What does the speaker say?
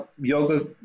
Yoga